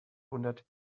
hundert